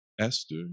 Esther